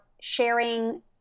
sharing